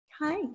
Hi